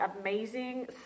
amazing